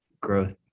growth